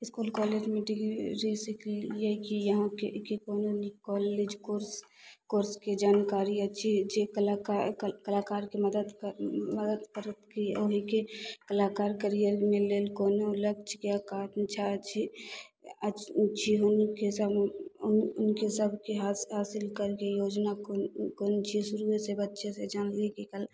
इसकुल college मीटिंगमे जैसँ कि यही कि अहाँके के कोनो कॉलेज कोर्स कोर्सके जानकारी अच्छे अच्छे कलाकार कला कलाकारके मदति मदति करयके ओहिके कलाकारके लिये मानि लिअऽ कोनो लक्ष्य कए कऽ चाहय छी